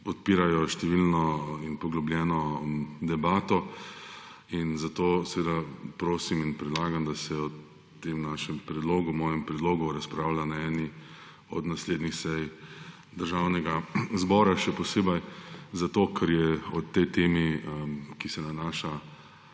odpirajo številno in poglobljeno debato in zato seveda prosim in predlagam, da se o tem našem predlogu, mojem predlogu, razpravlja na eni od naslednjih sej Državnega zbora. Še posebej zato, ker je o tej temi, ki se nanaša